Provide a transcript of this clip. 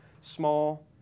small